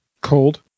Cold